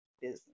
business